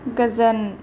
गोजोन